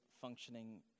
functioning